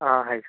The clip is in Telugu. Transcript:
ఆ హై స్కూల్